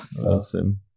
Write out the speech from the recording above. awesome